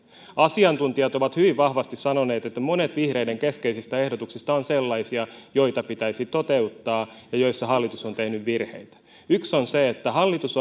asiantuntijat ovat hyvin vahvasti sanoneet että monet vihreiden keskeisistä ehdotuksista ovat sellaisia joita pitäisi toteuttaa ja joissa hallitus on tehnyt virheitä yksi on se että hallitus